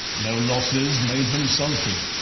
no losses made him sulky,